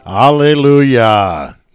hallelujah